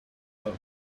help